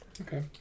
Okay